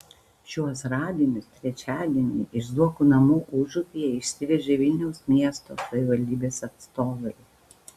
šiuos radinius trečiadienį iš zuokų namų užupyje išsivežė vilniaus miesto savivaldybės atstovai